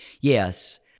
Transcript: Yes